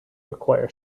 acquire